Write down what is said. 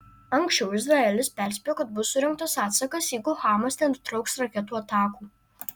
anksčiau izraelis perspėjo kad bus surengtas atsakas jeigu hamas nenutrauks raketų atakų